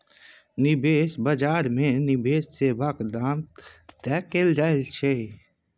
निबेश बजार मे निबेश सेबाक दाम तय कएल जाइ छै